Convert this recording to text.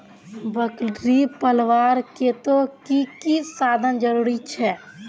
बकरी पलवार केते की की साधन जरूरी छे?